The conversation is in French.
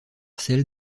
celle